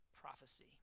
prophecy